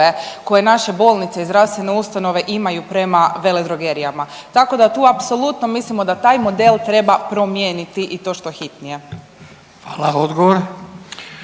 koje naše bolnice i zdravstvene ustanove imaju prema veledrogerijama. Tako da tu apsolutno mislimo da taj model treba promijeniti i to što hitnije. **Radin,